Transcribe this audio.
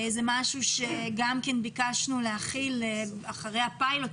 זה משהו שביקשנו להחיל אחרי הפיילוט.